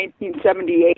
1978